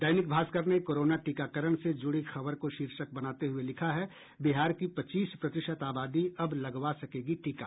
दैनिक भास्कर ने कोरोना टीकाकरण से जुड़ी खबर को शीर्षक बनाते हुए लिखा है बिहार की पच्चीस प्रतिशत आबादी अब लगवा सकेगी टीका